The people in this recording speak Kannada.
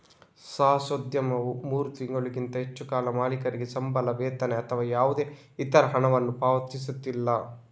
ಸಾಹಸೋದ್ಯಮವು ಮೂರು ತಿಂಗಳಿಗಿಂತ ಹೆಚ್ಚು ಕಾಲ ಮಾಲೀಕರಿಗೆ ಸಂಬಳ, ವೇತನ ಅಥವಾ ಯಾವುದೇ ಇತರ ಹಣವನ್ನು ಪಾವತಿಸಿಲ್ಲ